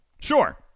Sure